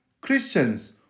Christians